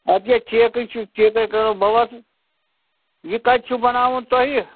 اَدٕ کیٛاہ ٹھیکٕے چھُ ٹھیکٕے کٲم بہٕ وَسہٕ یہِ کَتہِ چھُ بَناوُن تۄہہِ